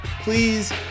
Please